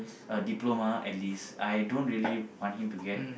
a diploma at least I don't really want him to get